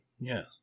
yes